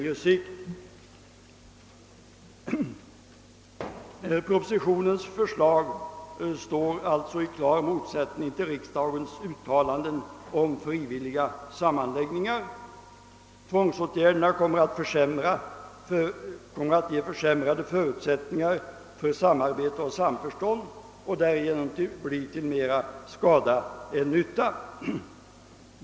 Propositionens förslag står alltså i klar motsättning till riksdagens uttalanden om frivilliga sammanläggningar. Tvångsåtgärderna kommer att ge försämrade förutsättningar för samarbete och samförstånd och därigenom bli till mera skada än nytta.